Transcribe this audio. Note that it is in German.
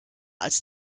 als